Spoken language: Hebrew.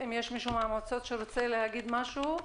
האם מישהו מהמועצות שרוצה להגיד משהו?